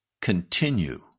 continue